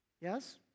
Yes